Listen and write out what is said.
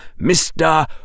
Mr